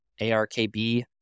ARKB